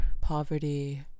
poverty